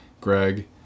greg